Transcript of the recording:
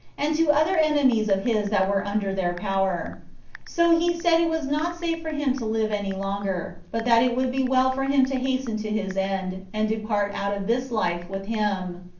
and to other enemies of his that were under their power so he said it was not safe for him to live any longer, but that it would be well for him to hasten to his end, and depart out of this life with him.